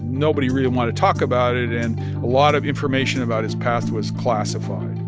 nobody really wanted to talk about it. and a lot of information about his past was classified.